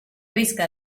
visca